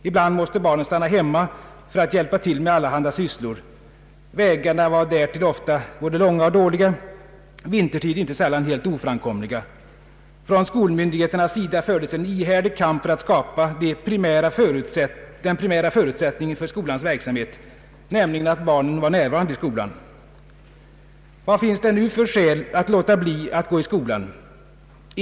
Ibland måste barnen stanna hemma för att hjälpa till med allehanda sysslor. Vägarna var därtill ofta både långa och dåliga, vintertid inte sällan helt oframkomliga. Från skolmyndigheternas sida fördes en ihärdig kamp för att skapa den primära förutsättningen för skolans verksamhet, nämligen att barnen var närvarande i skolan. Vad finns det nu för skäl att låta bli att gå i skolan?